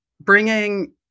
bringing